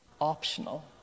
optional